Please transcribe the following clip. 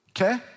okay